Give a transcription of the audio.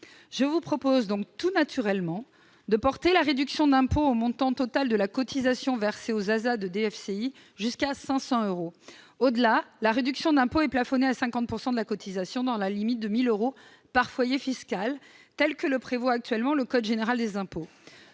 je vous propose tout naturellement de porter la réduction d'impôt au montant total de la cotisation versée aux ASA de DFCI jusqu'à 500 euros. Au-delà, la réduction d'impôt est plafonnée à 50 % de la cotisation, dans la limite de 1 000 euros par foyer fiscal, comme le prévoit actuellement le code général des impôts.